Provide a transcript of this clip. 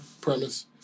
premise